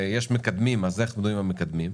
יש מקדמים, אז איך בנויים המקדמים,